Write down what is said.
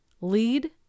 lead